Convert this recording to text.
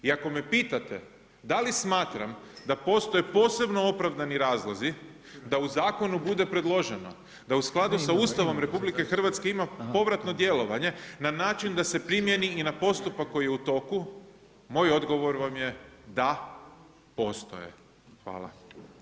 I ako me pitate da li smatram da postoje posebno opravdani razlozi da u zakonu bude predloženo da u skladu sa Ustavom RH ima povratno djelovanje na način da se primjeni i na postupak koji je u toku, moj odgovor vam je da, postoje.